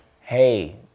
Hey